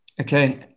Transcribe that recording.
Okay